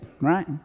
right